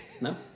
No